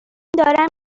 دارم